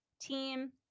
team